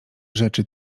rzeczy